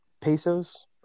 pesos